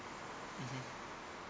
mmhmm